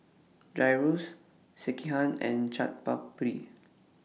Gyros Sekihan and Chaat Papri